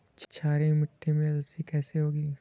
क्षारीय मिट्टी में अलसी कैसे होगी?